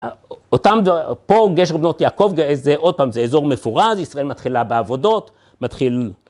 אותם, פה גשר בנות יעקב זה עוד פעם זה אזור מפורז, ישראל מתחילה בעבודות, מתחיל